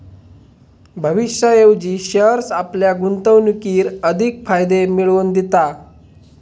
भविष्याऐवजी शेअर्स आपल्या गुंतवणुकीर अधिक फायदे मिळवन दिता